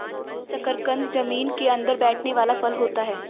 शकरकंद जमीन के अंदर बैठने वाला फल होता है